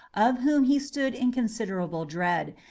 of whom he stood in considerable dread,